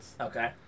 okay